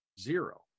zero